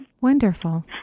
Wonderful